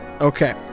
Okay